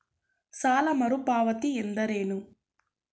ಸಾಲ ಮರುಪಾವತಿ ಎಂದರೇನು?